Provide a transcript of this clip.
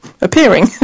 appearing